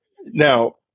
now